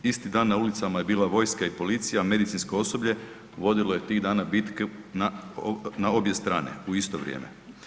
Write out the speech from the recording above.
Isti dan na ulicama je bila vojska i policija, medicinsko osoblje vodilo je tih dana bitku na obje strane u isto vrijeme.